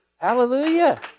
Hallelujah